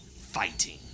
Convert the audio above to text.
fighting